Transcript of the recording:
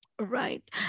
right